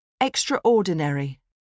Extraordinary